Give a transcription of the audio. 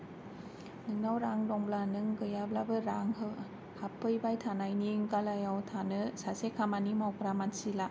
नोंनाव रां दंब्ला नों गैयाब्लाबो रां हो हाबफैबाय थानायनि गलायाव थानो सासे खामानि मावग्रा मानसि ला